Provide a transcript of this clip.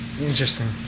interesting